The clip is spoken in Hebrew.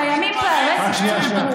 ולכן בנט הפסיק את המשא ומתן.